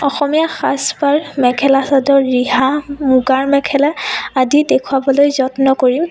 অসমীয়া সাজপাৰ মেখেলা চাদৰ ৰিহা মূগাৰ মেখেলা আদি দেখুৱাবলৈ যত্ন কৰিম